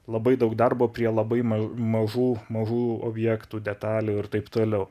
labai daug darbo prie labai ma mažų mažų objektų detalių ir taip toliau